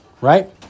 right